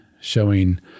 showing